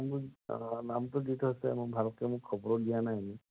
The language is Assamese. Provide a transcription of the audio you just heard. মোক নামটো দি থৈছে মই ভালকৈ মোক খবৰ দিয়া নাই নহয়